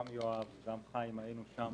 גם יואב וגם חיים היו שם.